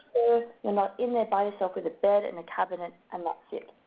you're not in there by yourself with a bed and a cabinet and that's it,